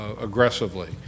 aggressively